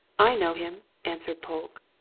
i know him, answered polke.